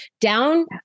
down